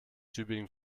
tübingen